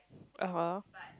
ah [huh]